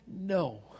no